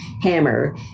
hammer